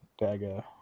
dagger